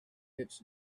its